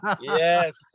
Yes